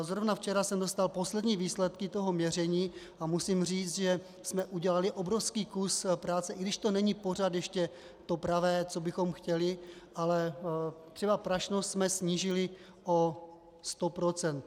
Zrovna včera jsem dostal poslední výsledky měření a musím říct, že jsme udělali obrovský kus práce, i když to ještě není pořád to pravé, co bychom chtěli, ale třeba prašnost jsme snížili o 100 %.